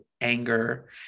anger